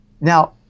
now